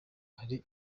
hari